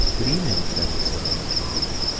good-evening, freddy, said aunt julia.